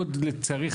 לצערי,